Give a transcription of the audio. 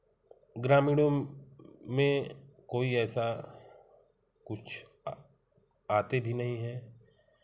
ग्रामीणों में कोई ऐसा कुछ आ आते भी नहीं है